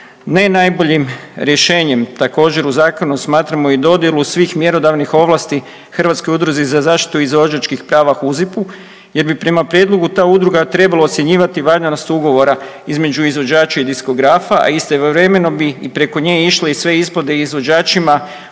Ne najboljim rješenjem također u zakonu smatramo dodjelu i svih mjerodavnih ovlasti Hrvatskoj udruzi za zaštitu izvođačkih prava HUZIP-u, jer bi prema prijedlogu ta udruga trebala ocjenjivati valjanost ugovora između izvođača i diskografa, a istovremeno bi i preko nje išle sve isplate izvođačima u slučaju